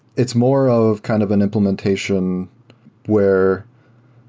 it's more of kind of an implementation where,